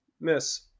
Miss